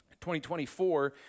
2024